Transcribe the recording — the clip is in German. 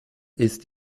ist